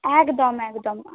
একদম একদম